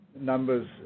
numbers